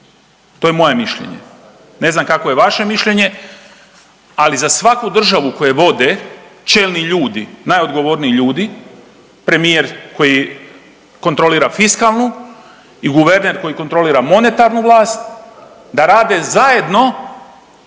to je moje mišljenje. Ne znam kakvo je vaše mišljenje, ali za svaku državu koje vode čelni ljudi, najodgovorniji ljudi, premijer koji kontrolira fiskalnu i guverner koji kontrolira monetarnu vlast da rade zajedno